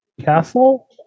Castle